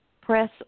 Press